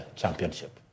championship